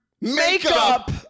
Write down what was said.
Makeup